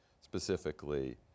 specifically